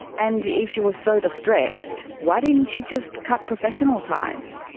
and if she was so distressed, why didn't she just cut professional ties?